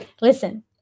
listen